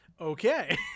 okay